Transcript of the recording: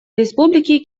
республики